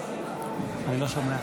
אושרה